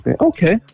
Okay